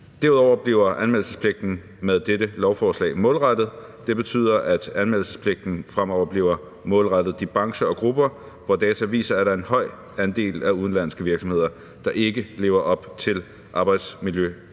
Derudover bliver anmeldelsespligten med dette lovforslag målrettet. Det betyder, at anmeldelsespligten fremover bliver målrettet de brancher og grupper, hvor data viser, at der er en høj andel af udenlandske virksomheder, der ikke lever op til arbejdsmiljøloven